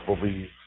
believe